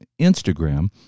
Instagram